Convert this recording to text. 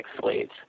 slaves